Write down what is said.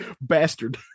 bastard